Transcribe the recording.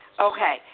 Okay